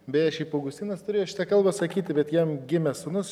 beje šiaip augustinas turėjo šitą kalbą sakyti bet jam gimė sūnus